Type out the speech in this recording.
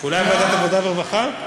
אולי ועדת העבודה והרווחה?